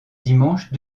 dimanche